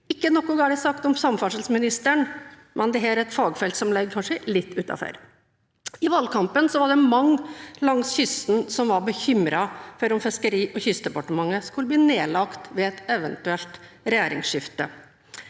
Ikke noe galt sagt om samferdselsministeren, men dette er et fagfelt som kanskje ligger litt utenfor. I valgkampen var det mange langs kysten som var bekymret for at Fiskeri- og kystdepartementet ville bli nedlagt ved et eventuelt regjeringsskifte.